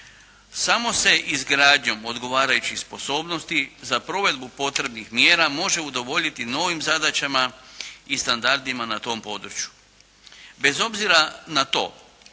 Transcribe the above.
Samo se izgradnjom odgovarajućih sposobnosti za provedbu potrebnih mjera može udovoljiti novim zadaćama i standardima na tom području. Bez obzira na to,